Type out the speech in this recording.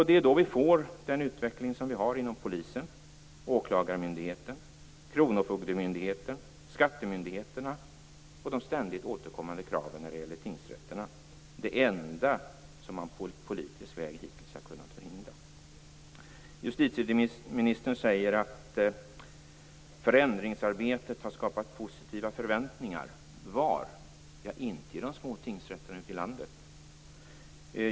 Det är då vi får den utveckling vi har inom polisen, åklagarmyndigheten, kronofogdemyndigheten och skattemyndigheterna och de ständigt återkommande kraven när det gäller tingsrätterna; det enda som man på politisk väg hittills har kunnat förhindra. Justitieministern säger att förändringsarbetet har skapat positiva förväntningar. Var? Ja, inte i de små tingsrätterna ute i landet.